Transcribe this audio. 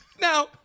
Now